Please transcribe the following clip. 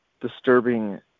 disturbing